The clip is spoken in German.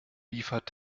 liefert